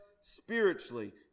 spiritually